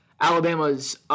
Alabama's